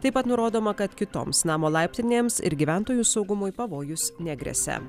taip pat nurodoma kad kitoms namo laiptinėms ir gyventojų saugumui pavojus negresia